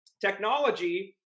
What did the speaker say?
Technology